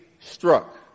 struck